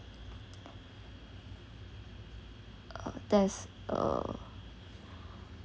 uh there's uh